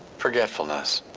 forgetfulness.